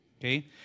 Okay